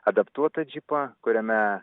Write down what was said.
adaptuotą džipą kuriame